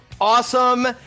Awesome